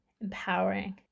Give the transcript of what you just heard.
empowering